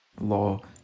law